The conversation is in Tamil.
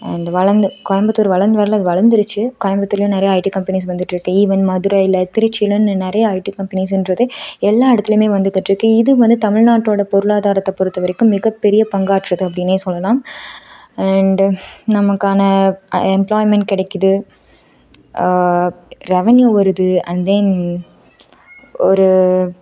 அண்ட் வளர்ந்து கோயம்புத்தூர் வளர்ந்து வரல அது வளர்ந்துருச்சி கோயம்புத்தூரில் நிறைய ஐடி கம்பெனிஸ் வந்துட்டுருக்கு ஈவன் மதுரையில் திருச்சிலன்னு நிறைய ஐடி கம்பெனிஸ்ஸுன்றது எல்லா இடத்துலயுமே வந்துக்கிட்டுருக்கு இது வந்து தமிழ்நாட்டோட பொருளாதாரத்தை பொறுத்த வரைக்கும் மிக பெரிய பங்காற்றுது அப்படின்னே சொல்லலாம் அண்டு நமக்கான எம்ப்ளாய்மெண்ட் கிடைக்கிது ரெவன்யூ வருது அண்ட் தென் ஒரு